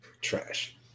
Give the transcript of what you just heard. Trash